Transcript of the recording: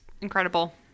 incredible